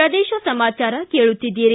ಪ್ರದೇಶ ಸಮಾಚಾರ ಕೇಳುತ್ತೀದ್ದಿರಿ